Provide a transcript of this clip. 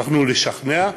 הצלחנו לשכנע,